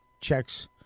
checks